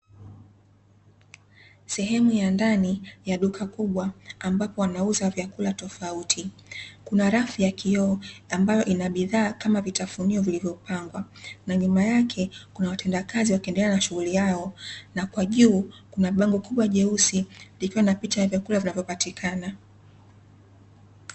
Sehemu ya ndani ya duka kubwa ambapo wanauza vyakula tofauti. Kuna rafu ya kioo ambayo ina bidhaa kama vitafunio vilivyopangwa, na nyuma yake kuna watenda kazi wakiendelea na shughuli yao, na kwa juu kuna bango kubwa jeusi likiwa na picha ya vyakula vinavyopatikana.